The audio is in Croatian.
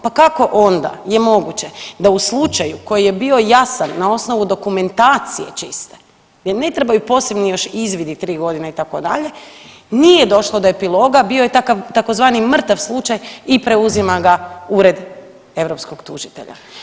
Pa kako onda je moguće da u slučaju koji je bio jasan na osnovu dokumentacije čiste, gdje ne trebaju posebni još izvidi 3 godine, itd., nije došlo do epiloga, bio je takav, tzv. mrtav slučaj i preuzima ga Ured europskog tužitelja.